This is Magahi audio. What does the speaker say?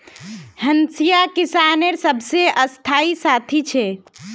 हंसिया किसानेर सबसे स्थाई साथी छे